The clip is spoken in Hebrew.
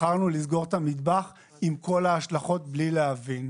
בחרנו לסגור את המטבח עם כל ההשלכות, בלי להבין.